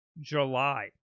July